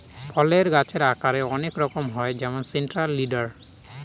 ফলের গাছের আকারের অনেক রকম হয় যেমন সেন্ট্রাল লিডার